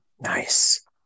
Nice